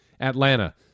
Atlanta